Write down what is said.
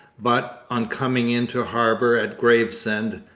but, on coming in to harbour at gravesend,